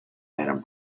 and